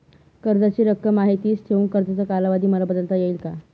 कर्जाची रक्कम आहे तिच ठेवून कर्जाचा कालावधी मला बदलता येईल का?